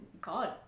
God